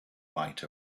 might